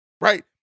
right